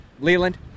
Leland